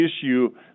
issue